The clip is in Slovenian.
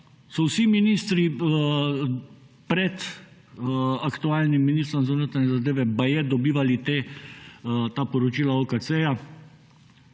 so vsi ministri pred aktualnim ministrom za notranje zadeve baje dobivali ta poročila OKC-ja,